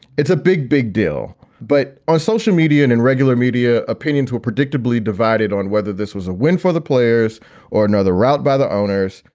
it's a big, big deal. but on social media and in regular media, opinions were predictably divided on whether this was a win for the players or another route by the owners.